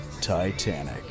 Titanic